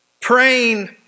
praying